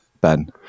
Ben